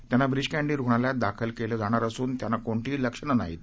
त्यांना ब्रीच कँडी रुग्णालयात दाखल केलं जाणार असून त्यांना कोणतीही लक्षणे नाहीत